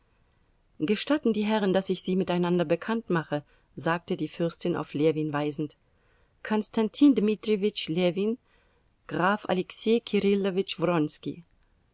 gestatten die herren daß ich sie miteinander bekannt mache sagte die fürstin auf ljewin weisend konstantin dmitrijewitsch ljewin graf alexei